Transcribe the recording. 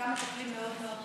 חלקם מטפלים מאוד מאוד טובים,